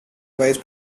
vice